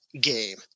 game